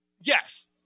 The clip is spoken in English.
Yes